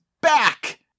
back